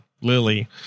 lily